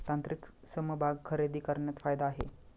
तांत्रिक समभाग खरेदी करण्यात फायदा आहे